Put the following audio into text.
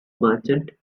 merchant